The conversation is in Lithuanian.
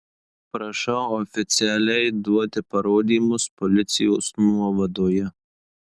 prašau oficialiai duoti parodymus policijos nuovadoje